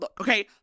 Okay